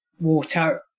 water